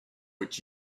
what